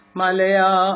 Malaya